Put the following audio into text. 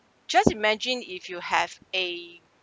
just imagine if you have a